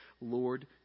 Lord